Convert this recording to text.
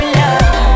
love